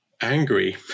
angry